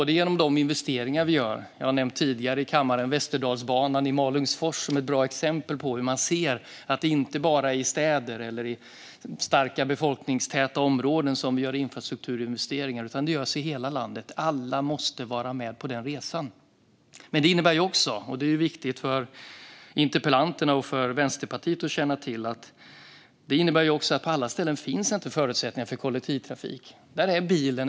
Det handlar om investeringar vi gör. Jag har tidigare i kammaren nämnt Västerdalsbanan i Malungsfors som ett bra exempel på att det inte bara är i städer eller i befolkningstäta områden som vi gör infrastrukturinvesteringar. Det görs i hela landet. Alla måste vara med på den resan. Men det är viktigt för interpellanten och för Vänsterpartiet att känna till att det inte finns förutsättningar för kollektivtrafik på alla ställen.